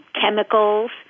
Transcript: chemicals